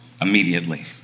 immediately